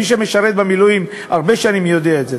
מי שמשרת במילואים הרבה שנים יודע את זה.